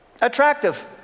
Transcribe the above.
attractive